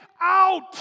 out